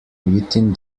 within